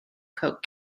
coke